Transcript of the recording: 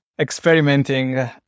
experimenting